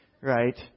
Right